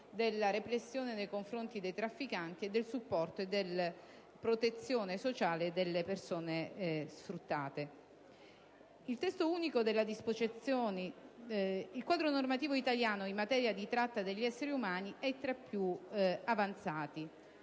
della repressione nei confronti dei trafficanti e del supporto e della protezione sociale delle persone sfruttate. Il quadro normativo italiano in materia di tratta degli esseri umani è tra i più avanzati.